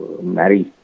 marry